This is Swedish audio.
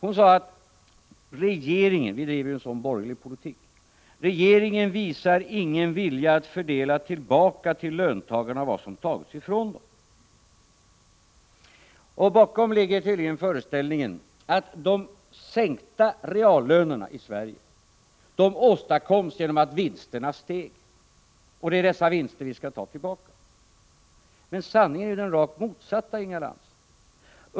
Hon sade att regeringen — vi driver ju en sådan borgerlig politik — inte visar någon vilja att fördela tillbaka till löntagarna vad som tagits ifrån dem. Bakom ligger tydligen föreställningen att de sänkta reallönerna i Sverige åstadkoms genom att vinsterna steg. Det är dessa vinster vi skall ta tillbaka. Men sanningen är ju den rakt motsatta, Inga Lantz!